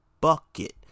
bucket